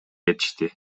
кетишти